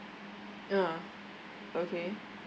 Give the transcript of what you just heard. ah okay